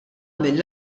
mill